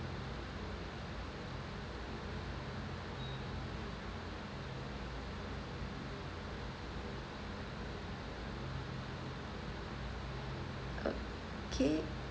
okay